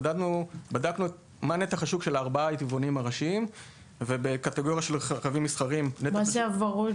בדקנו מה נתח השוק של ארבעת היבואנים הראשיים --- מה זה הוורוד?